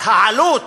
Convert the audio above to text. העלות